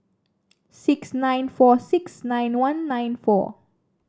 six nine four six nine one nine four